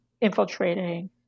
infiltrating